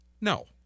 No